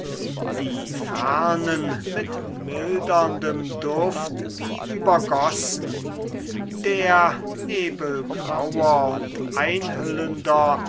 die fernen mit milderndem duft wie übergossen der nebelgrauer und einhüllender